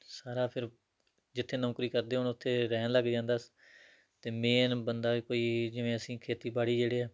ਸਾਰਾ ਫਿਰ ਜਿੱਥੇ ਨੌਕਰੀ ਕਰਦੇ ਹੁਣ ਉੱਥੇ ਰਹਿਣ ਲੱਗ ਜਾਂਦਾ ਅਤੇ ਮੇਨ ਬੰਦਾ ਵੀ ਕੋਈ ਜਿਵੇਂ ਅਸੀਂ ਖੇਤੀਬਾੜੀ ਜਿਹੜੇ ਆ